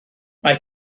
mae